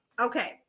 Okay